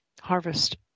harvest